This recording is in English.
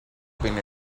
been